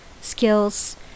skills